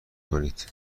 کنید